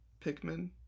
Pikmin